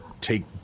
take